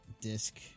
Disc